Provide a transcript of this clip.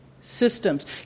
systems